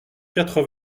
quatre